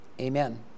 Amen